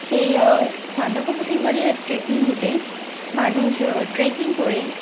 সেই সান্দাকফু সিঙ্গালিলার ট্রেকিং রুটে মানুষ ট্রেকিং করে